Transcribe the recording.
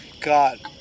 God